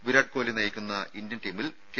Virat Kohli Indian ഇന്ത്യൻ ടീമിൽ K